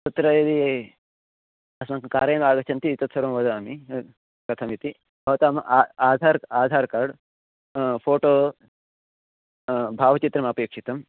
तत्र ये अस्माकं कार्यम् आगच्छन्ति तत् सर्वं वदामि कथमितिभवताम् आम् आधार् आधार् कार्ड् फ़ोटो भावचित्रम् अपेक्षितं